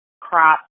crop